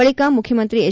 ಬಳಿಕ ಮುಖ್ಯಮಂತ್ರಿ ಹೆಚ್